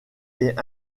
est